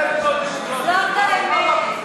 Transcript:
חבר הכנסת ג'מעה אזברגה.